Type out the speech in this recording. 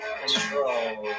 control